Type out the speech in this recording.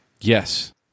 yes